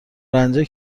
رنجه